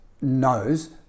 knows